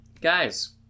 Guys